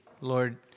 Lord